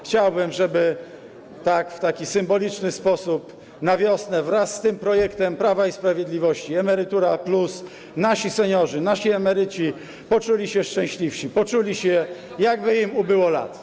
Chciałbym, żeby w taki symboliczny sposób na wiosnę wraz z tym projektem Prawa i Sprawiedliwości „Emerytura+” nasi seniorzy, nasi emeryci poczuli się szczęśliwsi, poczuli się, jakby im ubyło lat.